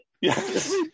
Yes